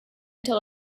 until